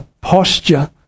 posture